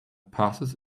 passes